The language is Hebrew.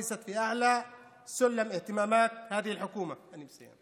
בראש סדר העדיפויות של הממשלה הזו.) אני מסיים.